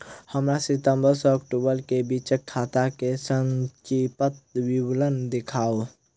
हमरा सितम्बर सँ अक्टूबर केँ बीचक खाता केँ संक्षिप्त विवरण देखाऊ?